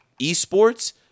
eSports